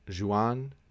Juan